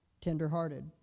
tenderhearted